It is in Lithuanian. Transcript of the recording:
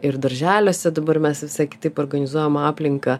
ir darželiuose dabar mes visai kitaip organizuojam aplinką